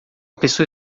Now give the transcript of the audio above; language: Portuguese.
pessoa